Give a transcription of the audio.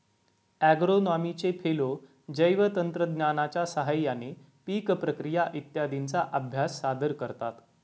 ॲग्रोनॉमीचे फेलो जैवतंत्रज्ञानाच्या साहाय्याने पीक प्रक्रिया इत्यादींचा अभ्यास सादर करतात